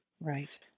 Right